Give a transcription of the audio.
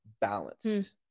balanced